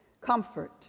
comfort